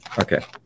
Okay